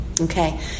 Okay